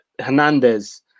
Hernandez